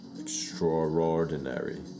extraordinary